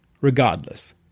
Regardless